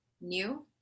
new